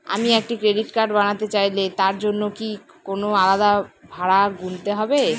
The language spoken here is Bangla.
আমি একটি ক্রেডিট কার্ড বানাতে চাইলে তার জন্য কি কোনো আলাদা ভাড়া গুনতে হবে?